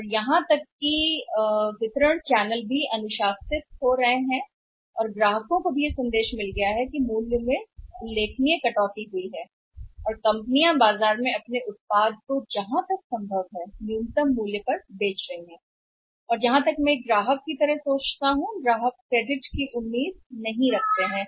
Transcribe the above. और यहां तक कि वितरण चैनल भी अनुशासन बन रहे हैं और ग्राहकों को भी मिल गया है संदेश दें कि जब मूल्य में समान उल्लेखनीय कटौती हुई है और कंपनियां अपनी बिक्री कर रही हैं बाजार में उत्पाद न्यूनतम संभव मूल्य है तो मुझे लगता है कि ग्राहक के रूप में भी वे ऐसा नहीं कर सकते किसी भी क्रेडिट की उम्मीद है